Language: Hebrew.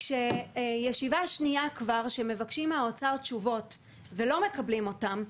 כשישיבה שנייה כבר שמבקשים מהאוצר תשובות ולא מקבלים אותן,